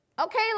okay